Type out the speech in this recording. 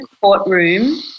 courtroom